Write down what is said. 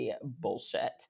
bullshit